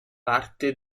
parte